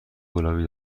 گلابی